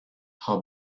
how